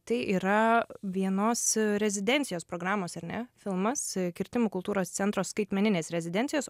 tai yra vienos rezidencijos programos ar ne filmas kirtimų kultūros centro skaitmeninės rezidencijos